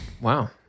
Wow